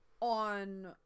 On